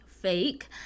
fake